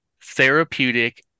therapeutic